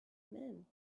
man